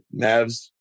Mavs